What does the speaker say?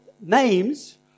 names